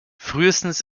frühestens